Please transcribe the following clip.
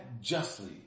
justly